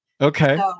Okay